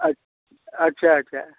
अँ अच्छा अच्छा